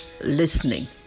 listening